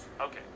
Okay